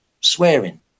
swearing